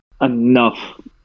enough